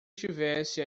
tivesse